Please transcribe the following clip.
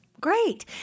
Great